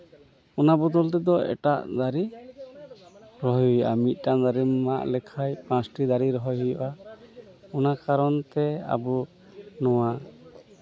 ᱚᱱᱟ ᱵᱚᱫᱚᱞ ᱛᱮᱫᱚ ᱮᱴᱟᱜ ᱫᱟᱨᱮ ᱨᱚᱦᱚᱭ ᱦᱩᱭᱩᱜᱼᱟ ᱢᱤᱫᱴᱟᱱ ᱫᱟᱨᱮᱢ ᱢᱟᱜ ᱞᱮᱠᱷᱟᱡ ᱯᱟᱸᱪᱴᱤ ᱫᱟᱨᱮ ᱨᱚᱦᱚᱭ ᱦᱩᱭᱩᱜᱼᱟ ᱚᱱᱟ ᱠᱟᱨᱚᱱ ᱛᱮ ᱟᱵᱚ ᱱᱚᱣᱟ